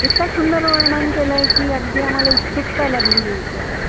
इतकं सुंदर वर्णन केलं आहे की अगदी आम्हाला उत्सुकता लागली यायची आता